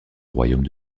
royaume